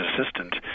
assistant